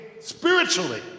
spiritually